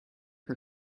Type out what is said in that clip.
her